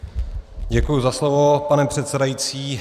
Děkuji za slovo, pane předsedající.